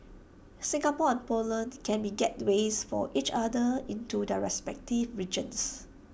Singapore and Poland can be gateways for each other into their respective regions